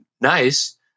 nice